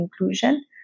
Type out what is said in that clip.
inclusion